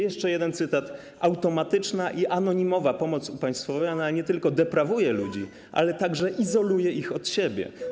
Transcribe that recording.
Jeszcze jeden cytat: Automatyczna i anonimowa pomoc upaństwowiona nie tylko deprawuje ludzi, ale także izoluje ich od siebie.